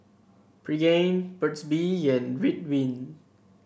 Pregain Burt's Bee and Ridwind